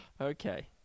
Okay